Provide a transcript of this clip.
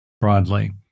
broadly